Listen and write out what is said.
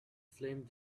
flame